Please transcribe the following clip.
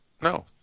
No